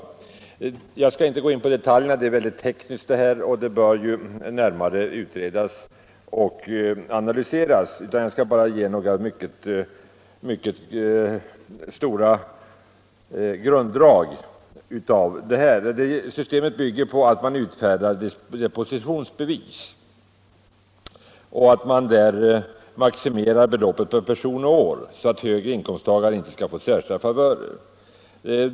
Jag skall inte gå in på detaljerna — systemet är tekniskt komplicerat, och det bör närmare utredas och analyseras — utan jag skall bara ge några av grunddragen i stort. Systemet bygger på att man utfärdar depositionsbevis. Beloppet bör maximeras per person och år för att högre inkomsttagare inte skall få särskilda favörer.